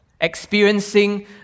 Experiencing